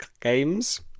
games